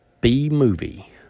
B-movie